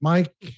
Mike